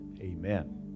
Amen